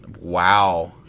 Wow